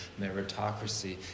meritocracy